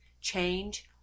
change